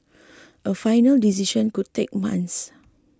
a final decision could take months